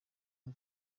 nko